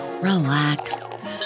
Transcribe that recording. relax